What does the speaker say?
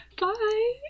bye